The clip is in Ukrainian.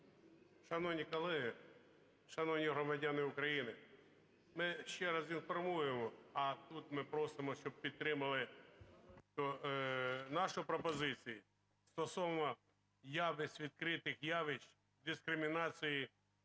Шановні колеги, шановні громадяни України, ми ще раз інформуємо, а тут ми просимо, щоб підтримали нашу пропозицію стосовно явищ, відкритих явищ дискримінації